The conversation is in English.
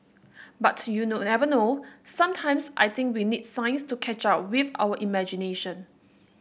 but you never know sometimes I think we need science to catch up with our imagination